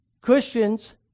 Christians